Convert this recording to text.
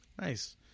Nice